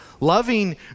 Loving